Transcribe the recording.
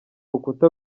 rukuta